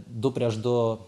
du prieš du